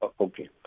Okay